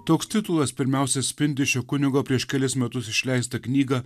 toks titulas pirmiausia atspindi šio kunigo prieš kelis metus išleistą knygą